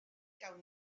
gawn